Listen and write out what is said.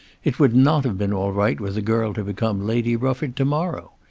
it would not have been all right were the girl to become lady rufford to-morrow.